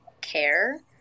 care